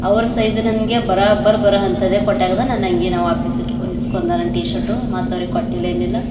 ಅವ್ರ ಸೈಝೆ ನನಗೆ ಬರಾಬರ್ ಬರೊ ಅಂತದೇ ಕೊಟ್ಯಾಗದ ನನ್ನಂಗಿ ನಾ ವಾಪಸ್ ಇಟ್ಕೊ ಇಸ್ಕೊಂದ ನನ್ನ ಟೀ ಶರ್ಟ್ ಮತ್ತು ಅವ್ರಿಗೆ ಕೊಟ್ಟಿಲ್ಲ ಏನಿಲ್ಲ